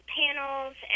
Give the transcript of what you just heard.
panels